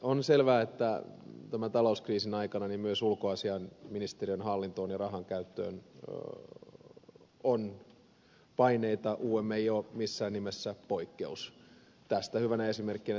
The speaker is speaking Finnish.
on selvää että tämän talouskriisin aikana myös ulkoasiainministeriön hallintoon ja rahankäyttöön kohdistuu paineita um ei ole missään nimessä poikkeus tästä hyvänä esimerkkinä tietysti tuottavuusohjelma